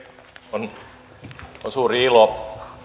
on suuri ilo